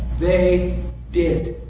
they did.